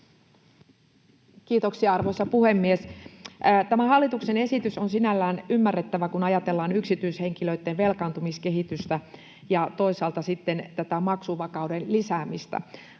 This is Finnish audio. Kiitoksia, arvoisa puhemies! Tämä hallituksen esitys on sinällään ymmärrettävä, kun ajatellaan yksityishenkilöitten velkaantumiskehitystä ja toisaalta sitten tätä maksuvakauden lisäämistä.